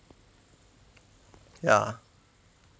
ya